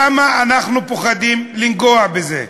למה אנחנו פוחדים לנגוע בזה?